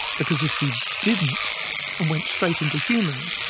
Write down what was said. because if we didn't and went straight into humans,